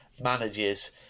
manages